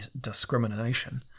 discrimination